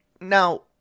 Now